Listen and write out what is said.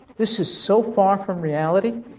this is so far from reality